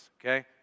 okay